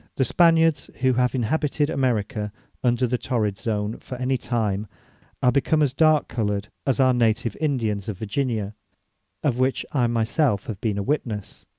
the spaniards, who have inhabited america under the torrid zone, for any time, are become as dark coloured as our native indians of virginia of which i myself have been a witness.